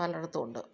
പലയിടത്തുമുണ്ട്